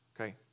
okay